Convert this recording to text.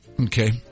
Okay